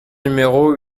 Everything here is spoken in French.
numéro